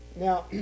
Now